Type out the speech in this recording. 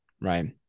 Right